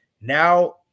Now